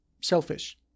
selfish